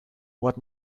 what